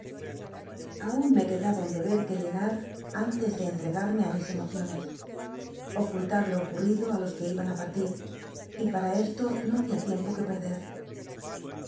aun me quedaba un deber que llenar antes de entregarme ü mis emociones ocultar lo ocurrido lí los que iban á partir y para esto no babia tiempo que perde